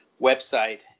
website